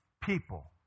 people